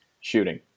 shooting